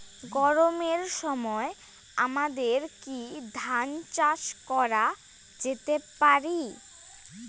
গরমের সময় আমাদের কি ধান চাষ করা যেতে পারি?